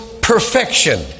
perfection